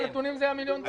הנתונים זה המיליון דולר.